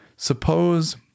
Suppose